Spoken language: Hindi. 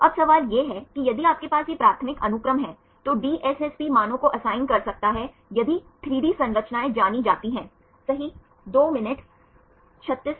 तो अब सवाल यह है कि यदि आपके पास यह प्राथमिक अनुक्रम है तो DSSP मानों को असाइन कर सकता है यदि 3D संरचनाएं जानी जाती हैं सही